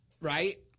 Right